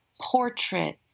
portrait